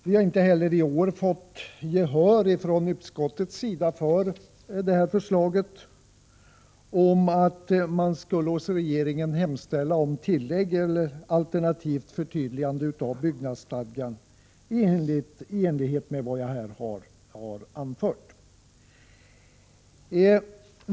Vi har inte heller i år fått gehör från utskottet för vårt förslag att riksdagen skulle hos regeringen hemställa om tillägg till alternativt förtydligande av byggnadsstadgan i enlighet med vad jag här anfört.